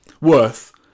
Worth